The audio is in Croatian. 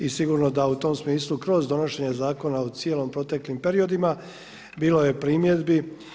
I sigurno da u tom smislu kroz donošenje zakona u cijelim proteklim periodima bilo je primjedbi.